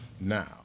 Now